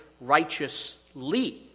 righteously